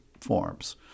forms